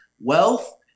wealth